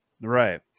Right